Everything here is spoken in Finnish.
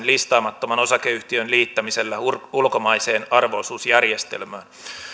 listaamattoman osakeyhtiön liittämisellä ulkomaiseen arvo osuusjärjestelmään